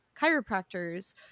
chiropractors